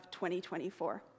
2024